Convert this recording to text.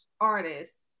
artists